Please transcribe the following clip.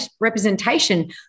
representation